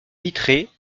vitrées